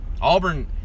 Auburn